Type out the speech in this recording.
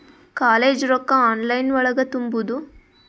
College ರೊಕ್ಕ online ಒಳಗ ತುಂಬುದು?